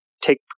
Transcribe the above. take